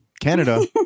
Canada